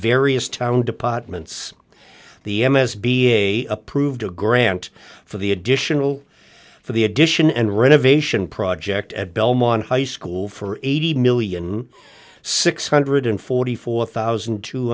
various town departments the m s b a approved a grant for the additional for the addition and renovation project at belmont high school for eighty million six hundred and forty four thousand two